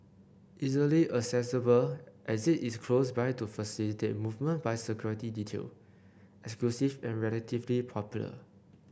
easily accessible exit is close by to facilitate movement by security detail exclusive and relatively popular